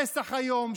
פסח היום,